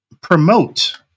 promote